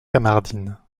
kamardine